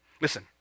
Listen